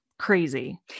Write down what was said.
crazy